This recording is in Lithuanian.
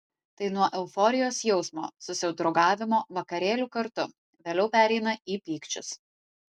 tai nuo euforijos jausmo susidraugavimo vakarėlių kartu vėliau pereina į pykčius